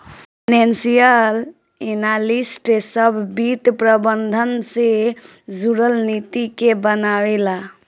financial analyst सभ वित्त प्रबंधन से जुरल नीति के बनावे ला